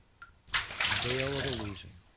veil of illusion.